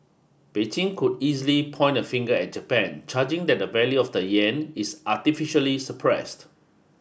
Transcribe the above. Beijing could easily point a finger at Japan charging that the value of the yen is artificially suppressed